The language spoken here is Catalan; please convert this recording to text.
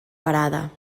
parada